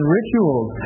rituals